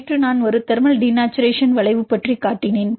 நேற்று நான் ஒரு தெர்மல் டினேச்சரேஷன் வளைவு பற்றி காட்டினேன்